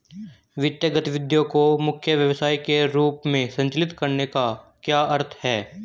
वित्तीय गतिविधि को मुख्य व्यवसाय के रूप में संचालित करने का क्या अर्थ है?